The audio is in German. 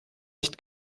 nicht